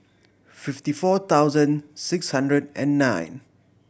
fifty four thousand six hundred and nine